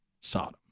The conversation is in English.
Sodom